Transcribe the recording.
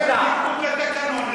זה בניגוד לתקנון,